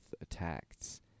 attacks